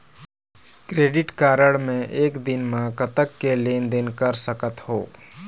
Credit card मे एक दिन म कतक के लेन देन कर सकत हो?